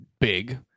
big